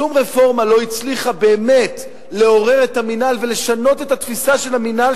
שום רפורמה לא הצליחה באמת לעורר את המינהל ולשנות את התפיסה של המינהל,